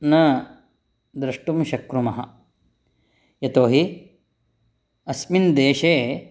न द्रष्टुं शक्नुमः यतोहि अस्मिन् देशे